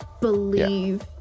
believe